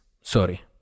Sorry